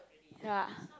ya